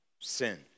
sin